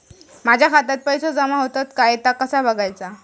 माझ्या खात्यात पैसो जमा होतत काय ता कसा बगायचा?